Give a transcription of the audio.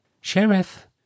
Sheriff